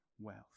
Wealth